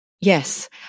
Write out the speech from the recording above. Yes